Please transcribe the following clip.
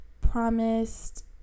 promised